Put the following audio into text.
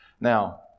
Now